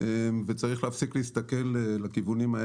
אבל אין סיכוי, הם לא